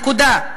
נקודה.